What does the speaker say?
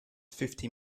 fifty